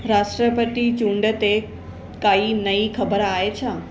राष्ट्रपति चूंड ते काई नईं ख़बर आहे छा